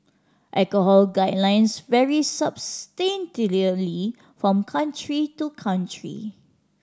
alcohol guidelines vary substantially from country to country